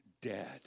Dead